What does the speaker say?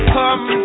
come